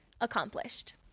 accomplished